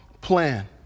plan